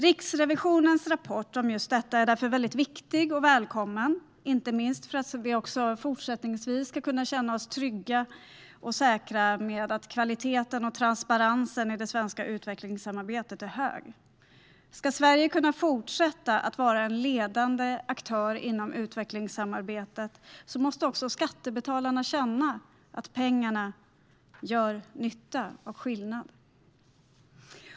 Riksrevisionens rapport om detta är därför viktig och välkommen, inte minst för att vi också fortsättningsvis ska kunna känna oss trygga och säkra med att kvaliteten och transparensen i det svenska utvecklingssamarbetet är hög. Ska Sverige kunna fortsätta att vara en ledande aktör inom utvecklingssamarbetet måste också skattebetalarna känna att pengarna gör nytta och skillnad.